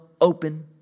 open